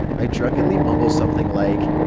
i drunkenly mumble something like,